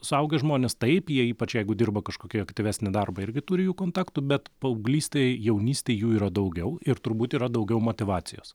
suaugę žmonės taip jie ypač jeigu dirba kažkokį aktyvesnį darbą irgi turi jų kontaktų bet paauglystėj jaunystėj jų yra daugiau ir turbūt yra daugiau motyvacijos